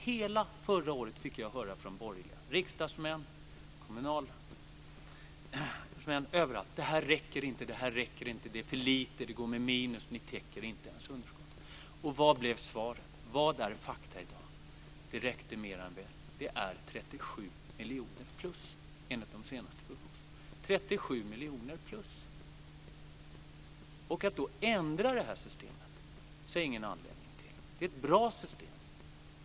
Hela förra året fick jag höra från borgerliga riksdagsmän och kommunalpolitiker överallt att det här räcker inte, det är för lite, det går med minus, ni täcker inte ens underskottet. Vad blev svaret? Vad är fakta i dag? Det räckte mer än väl. Det är 37 miljoner plus, enligt de senaste prognoserna - 37 miljoner plus. Att då ändra det här systemet ser jag ingen anledning till. Det är ett bra system.